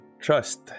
trust